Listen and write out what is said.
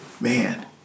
man